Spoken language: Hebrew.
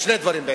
שני דברים.